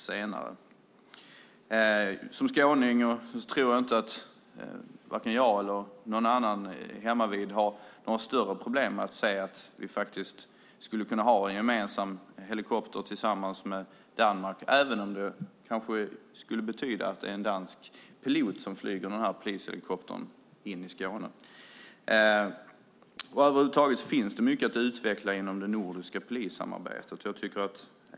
Som skåning tror jag inte att vare sig jag eller någon annan hemmavid har något större problem med att säga att Sverige och Danmark gemensamt skulle kunna ha en helikopter, även om det kanske skulle betyda att det är en dansk pilot som flyger polishelikoptern in i Skåne. Över huvud taget finns det mycket att utveckla inom det nordiska polissamarbetet.